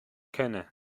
kenne